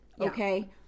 okay